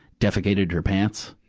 defecated her pants.